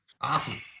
Awesome